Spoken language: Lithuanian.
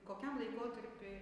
kokiam laikotarpy